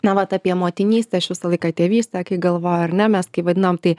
na vat apie motinystę aš visą laiką tėvystę kai galvoju ar ne mes kai vadinam tai